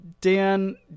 dan